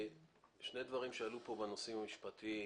שני דברים עלו פה בנושאים המשפטיים.